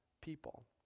people